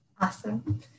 Awesome